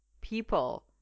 people